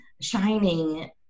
shining